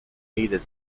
needed